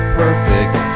perfect